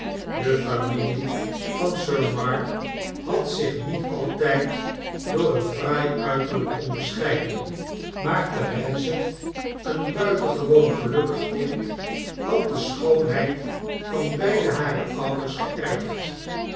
de familie van sir mark had zich niet altyd door een fraai uiterlyk onderscheiden maar therese een buitengewoon gelukkig kind had de schoonheid van beide hare ouders geerfd